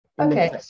Okay